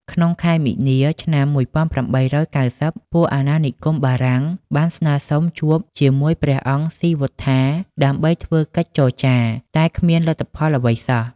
ក្នុងខែមីនា ឆ្នាំ ១៨៩០ ពួកអាណានិគមបារាំងបានស្នើសុំជួបជាមួយព្រះអង្គស៊ីវត្ថាដើម្បីធ្វើកិច្ចចរចា តែគ្មានលទ្ធផលអ្វីសោះ។